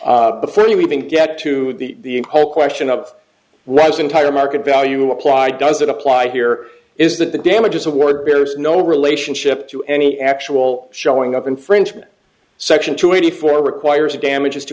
before you even get to the whole question of was entire market value apply doesn't apply here is that the damages awarded bears no relationship to any actual showing up infringement section two eighty four requires a damages to